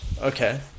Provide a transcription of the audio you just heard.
Okay